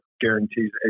guarantees